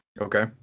okay